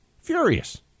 furious